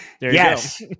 Yes